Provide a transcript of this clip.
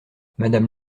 madame